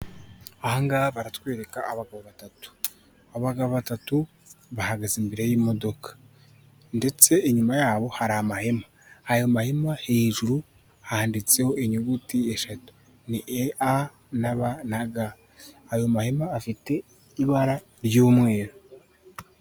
Aha ngaha baratwereka abagabo batatu, abagabo batatu bahagaze imbere y'imodoka, ndetse inyuma yabo hari amahema, ayo mahema hejuru handitseho inyuguti eshatu ni e a na b na g, ayo mahema afite ibara ry'umweru.